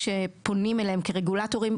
כשפונים אליהם כרגולטורים,